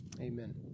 Amen